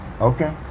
Okay